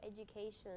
education